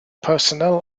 personnel